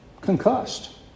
concussed